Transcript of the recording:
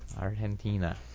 argentina